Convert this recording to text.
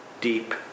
deep